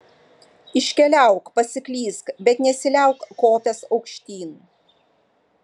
iškeliauk pasiklysk bet nesiliauk kopęs aukštyn